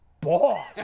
boss